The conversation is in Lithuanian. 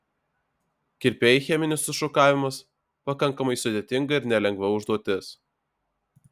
kirpėjui cheminis sušukavimas pakankamai sudėtinga ir nelengva užduotis